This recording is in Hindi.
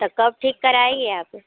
तो कब ठीक कराएंगे आप